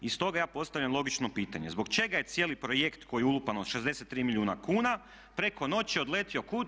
I stoga ja postavljam logično pitanje zbog čega je cijeli projekt u koji je ulupano 63 milijuna kuna preko noći odletio kud?